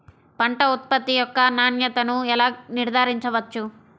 పంట ఉత్పత్తి యొక్క నాణ్యతను ఎలా నిర్ధారించవచ్చు?